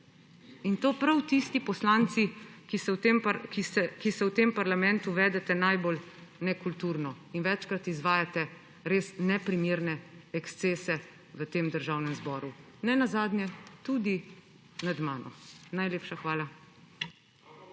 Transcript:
In to prav tisti poslanci, ki se v tem parlamentu vedete najbolj nekulturno in večkrat izvajate res neprimerne ekscese v tem državnem zboru, nenazadnje tudi nad mano. Najlepša hvala.